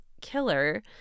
killer